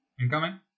Incoming